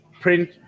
print